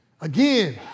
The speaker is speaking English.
again